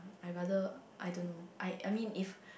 I rather I don't know I I mean if